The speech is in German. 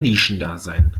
nischendasein